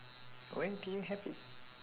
when did you have it